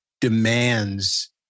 demands